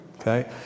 Okay